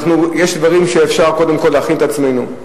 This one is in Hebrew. יש דברים שבהם אפשר, קודם כול, להכין את עצמנו.